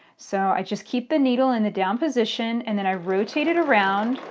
so i just keep the needle in the down position and then i rotate it around